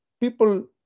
people